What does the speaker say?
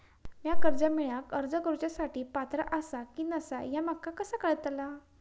म्या कर्जा मेळाक अर्ज करुच्या साठी पात्र आसा की नसा ह्या माका कसा कळतल?